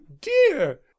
dear